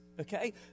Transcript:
okay